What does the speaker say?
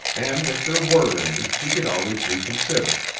and if there were any, he could always reconsider.